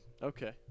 Okay